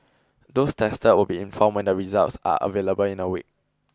those tested will be informed when the results are available in a week